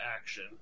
action